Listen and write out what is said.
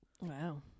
Wow